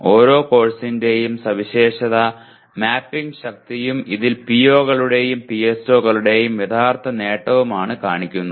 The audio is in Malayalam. ഓരോ കോഴ്സിന്റെയും സവിശേഷത മാപ്പിംഗ് ശക്തിയും ഇതിൽ PO കളുടെയും PSO കളുടെയും യഥാർത്ഥ നേട്ടവുമാണ് കാണിക്കുന്നത്